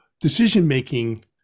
decision-making